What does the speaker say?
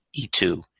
E2